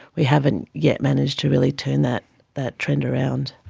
we haven't yet managed to really turn that that trend around.